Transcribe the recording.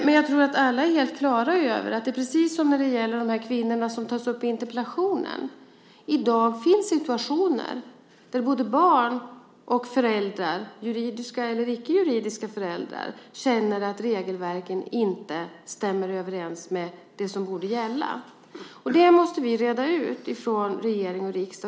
Men jag tror att alla är helt klara över att det, precis som när det gäller de kvinnor som tas upp i interpellationen, i dag finns situationer där både barn och föräldrar, juridiska eller icke-juridiska föräldrar, känner att regelverken inte stämmer överens med det som borde gälla. Det måste vi reda ut från regering och riksdag.